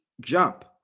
jump